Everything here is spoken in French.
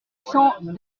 cent